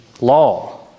law